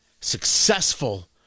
successful